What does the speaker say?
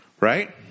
Right